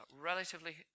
relatively